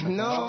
no